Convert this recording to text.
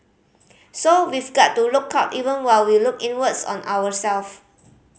so we've got to look out even while we look inwards on ourselves